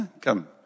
Come